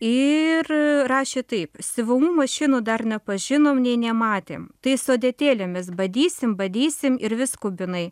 ir rašė taip siuvamų mašinų dar nepažinom nei nematėme tai su adatėlėmis badysim badysim ir vis skubinai